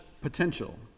potential